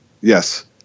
Yes